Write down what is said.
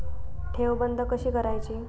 ठेव बंद कशी करायची?